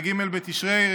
ג' בתשרי,